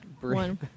one